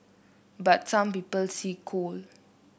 but some people see coal